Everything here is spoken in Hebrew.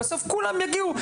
ובסוף כולם יגיעו.